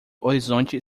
horizonte